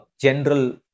general